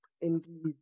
indeed